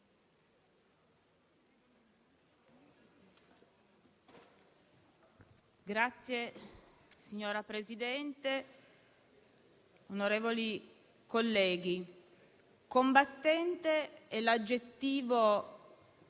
*(PD)*. Signor Presidente, onorevoli colleghi, «combattente» è l'aggettivo